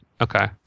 Okay